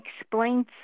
explains